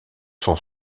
son